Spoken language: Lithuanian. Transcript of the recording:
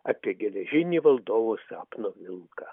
apie geležinį valdovo sapno vilką